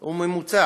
וממוצע